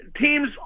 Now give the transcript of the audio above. teams